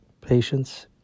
Patience